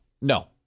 No